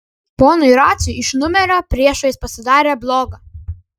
ponui raciui iš numerio priešais pasidarė bloga